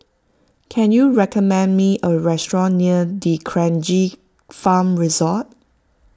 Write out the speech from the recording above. can you recommend me a restaurant near D'Kranji Farm Resort